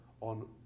on